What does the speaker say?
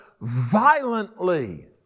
violently